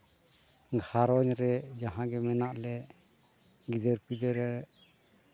ᱜᱷᱟᱨᱚᱸᱡᱽ ᱨᱮ ᱡᱟᱦᱟᱸ ᱜᱮ ᱢᱮᱱᱟᱜ ᱞᱮ ᱜᱤᱫᱽᱨᱟᱹ ᱯᱤᱫᱽᱨᱟᱹ